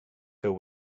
there